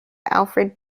alfred